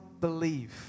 believe